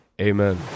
Amen